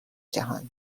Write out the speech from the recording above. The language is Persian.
جهان